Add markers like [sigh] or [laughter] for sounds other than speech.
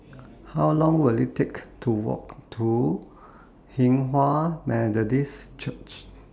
[noise] How Long Will IT Take to Walk to Hinghwa Methodist Church [noise]